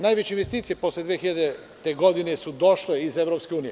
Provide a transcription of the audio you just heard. Najveće investicije posle 2000. godine su došle iz EU.